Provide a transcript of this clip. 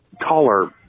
taller